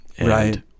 Right